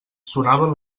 sonaven